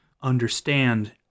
understand